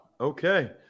Okay